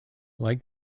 like